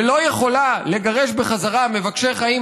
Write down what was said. ולא יכולה לגרש בחזרה מבקשי חיים,